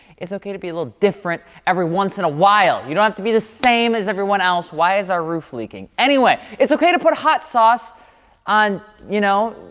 it's okay to be a little different every once in a while. you don't have to be the same as everyone else. why is our roof leaking? anyway, it's okay to put hot sauce on, you know,